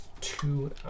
Two